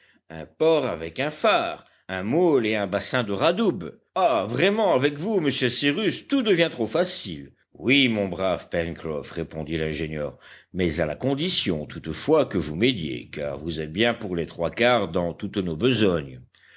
un port avec un phare un môle et un bassin de radoubs ah vraiment avec vous monsieur cyrus tout devient trop facile oui mon brave pencroff répondit l'ingénieur mais à la condition toutefois que vous m'aidiez car vous êtes bien pour les trois quarts dans toutes nos besognes